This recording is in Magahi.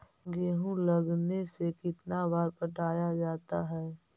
गेहूं लगने से कितना बार पटाया जाता है?